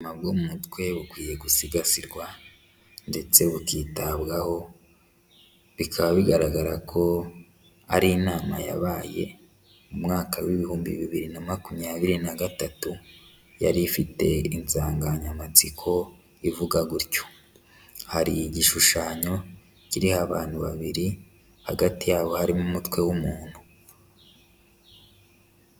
Ubuzima bwo mu mutwe bukwiye gusigasirwa ndetse bukitabwaho, bikaba bigaragara ko ari inama yabaye umwaka w'ibihumbi bibiri na makumyabiri na gatatu yari ifite insanganyamatsiko ivuga gutyo, hari igishushanyo kiriho abantu babiri hagati yabo harimo umutwe w'umuntu.